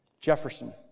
Jefferson